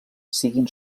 siguin